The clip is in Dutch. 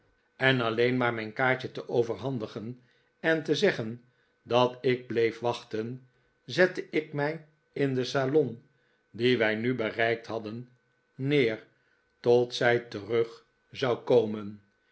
en alleen maar mijn kaartje te overhandigen en te zeggen dat ik bleef wachten zette ik mij in den salon dien wij nu bereikt hadden neer tot zij terug zou komen